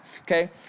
okay